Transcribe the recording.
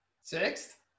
sixth